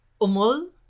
Umul